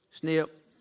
snip